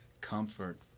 comfort